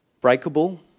breakable